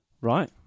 Right